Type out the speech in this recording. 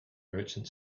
merchant